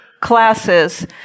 classes